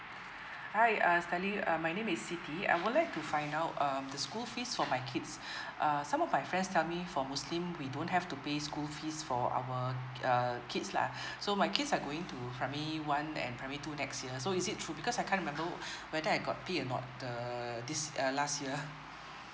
hi uh stanley uh my name is siti I would like to find out um the school fees for my kids err some of my friends tell me for muslim we don't have to pay school fees for our uh kids lah so my kids are going to primary one and primary two next year so is it true because I can't remember whether I got pay or not the this uh last year